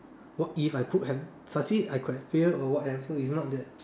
what if I could've succeed I could've failed whatever so is not that